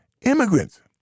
Immigrants